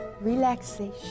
relaxation